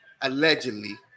allegedly